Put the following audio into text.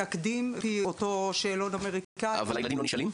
מנקדים ועל פי אותו שאלון אמריקאי --- אבל הילדים לא נשאלים?